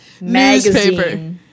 Newspaper